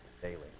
daily